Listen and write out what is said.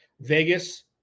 Vegas